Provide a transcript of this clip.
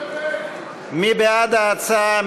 מי בעד ההצעה?